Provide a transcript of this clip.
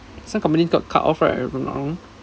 some company got cut off right if I'm not wrong